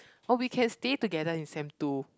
oh we can stay together in sem two